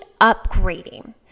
upgrading